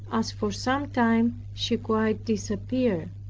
as for some time she quite disappeared